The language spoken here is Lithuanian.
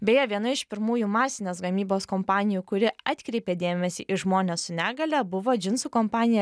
beje viena iš pirmųjų masinės gamybos kompanijų kuri atkreipė dėmesį į žmones su negalia buvo džinsų kompanija